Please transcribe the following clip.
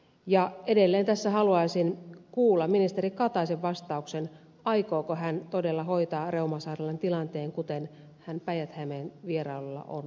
ja edelleen tässä haluaisin kuulla ministeri kataisen vastauksen aikooko hän todella hoitaa reuman sairaalan tilanteen kuten hän päijät hämeen vierailulla on luvannut